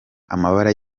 amabara